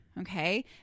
Okay